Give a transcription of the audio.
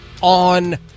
on